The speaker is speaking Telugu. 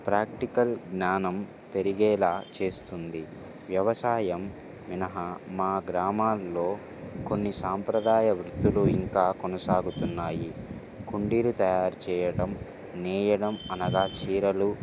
ప్రాక్టికల్ జ్ఞానం పెరిగేలాగ చేస్తుంది వ్యవసాయం మినహ మా గ్రామాలలో కొన్ని సాంప్రదాయ వృత్తులు ఇంకా కొనసాగుతున్నాయి కుండీలు తయారు చేయడం నేయడం అనగా చీరలు